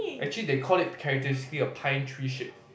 actually they call it characteristically a pine tree shape